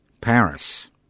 Paris